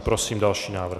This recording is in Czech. Prosím o další návrh.